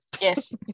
Yes